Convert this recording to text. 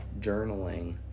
journaling